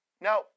Now